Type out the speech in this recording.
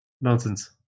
Nonsense